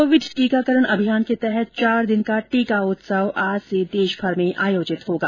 Covid टीकाकरण अभियान के तहत चार दिन का टीका उत्सव आज से देशभर में आयोजित होगा